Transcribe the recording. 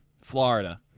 Florida